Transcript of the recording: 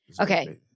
Okay